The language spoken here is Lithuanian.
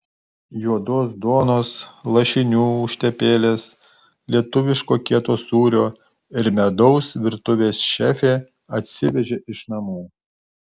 juodos duonos lašinių užtepėlės lietuviško kieto sūrio ir medaus virtuvės šefė atsivežė iš namų